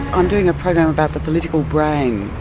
i'm doing a program about the political brain.